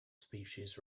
species